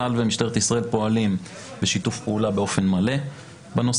צה"ל ומשטרת ישראל פועלים בשיתוף פעולה באופן מלא בנושא,